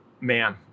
man